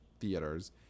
theaters